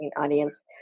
audience